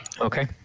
Okay